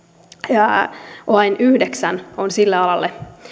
vain yhdeksän on sillä alalla